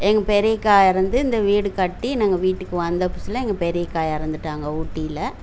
எங்கள் பெரியக்கா இறந்து இந்த வீடு கட்டி நாங்கள் வீட்டுக்கு வந்த புதுசில் எங்கள் பெரியக்கா இறந்துட்டாங்க ஊட்டியில்